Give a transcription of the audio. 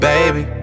Baby